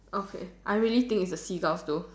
okay I really think it's the seagulls though